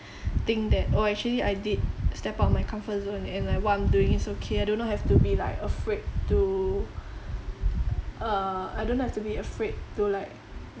think that oh actually I did step out of my comfort zone and like what I'm doing is okay I do not to be like afraid to err I don't have to be afraid to like